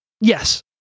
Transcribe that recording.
Yes